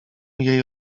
jej